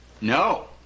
No